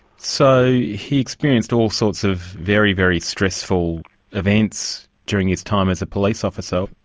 so he experienced all sorts of very, very stressful events during his time as a police officer.